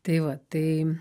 tai va tai